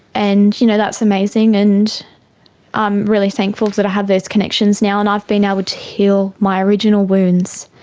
and you know that's amazing and i'm really thankful that i have those connections now and i've been able ah to heal my original wounds,